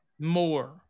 more